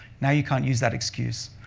now you can't use that excuse,